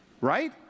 Right